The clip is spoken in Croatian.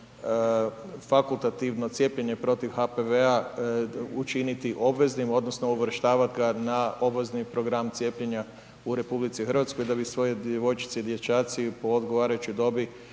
fakultativno cijepljenje protiv HPV-a učiniti obveznim odnosno uvrštavati ga na obvezni program cijepljenja u RH da bi svoj djevojčici i dječaci po odgovarajućoj dobi